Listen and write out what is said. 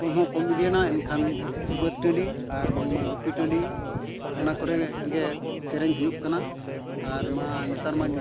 ᱠᱚᱢ ᱦᱚᱸ ᱠᱚᱢ ᱤᱫᱤᱭᱮᱱᱟ ᱮᱱᱠᱷᱟᱱ ᱵᱟᱹᱫᱽ ᱴᱟᱹᱰᱤ ᱟᱨ ᱵᱟᱝᱢᱟ ᱜᱩᱯᱤ ᱴᱟᱹᱰᱤ ᱚᱱᱟ ᱠᱚᱨᱮ ᱜᱮ ᱥᱮᱨᱮᱧ ᱦᱩᱭᱩᱜ ᱠᱟᱱᱟ ᱟᱨᱢᱟ ᱱᱮᱛᱟᱨ ᱢᱟ